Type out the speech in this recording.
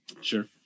sure